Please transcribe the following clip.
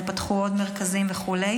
ופתחו עוד מרכזים וכו',